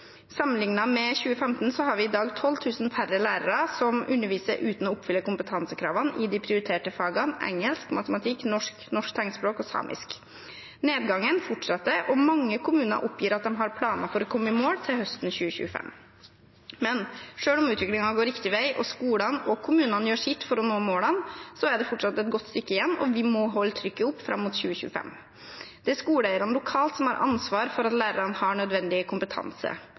med 2015 har vi i dag 12 000 færre lærere som underviser uten å oppfylle kompetansekravene i de prioriterte fagene engelsk, matematikk, norsk, norsk tegnspråk og samisk. Nedgangen fortsetter, og mange kommuner oppgir at de har planer for å komme i mål til høsten 2025. Men selv om utviklingen går riktig vei og skolene og kommunene gjør sitt for å nå målene, er det fortsatt et godt stykke igjen, og vi må holde trykket oppe fram mot 2025. Det er skoleeierne lokalt som har ansvar for at lærerne har nødvendig kompetanse.